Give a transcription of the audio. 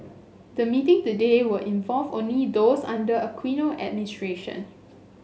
the meeting today will involve only those under the Aquino administration